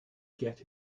get